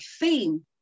theme